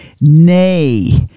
Nay